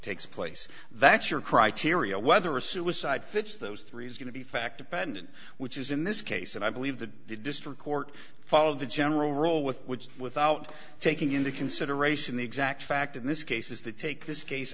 takes place that's your criteria whether a suicide fits those three is going to be fact dependent which is in this case and i believe that the district court follow the general rule with which without taking into consideration the exact fact in this case is the take this case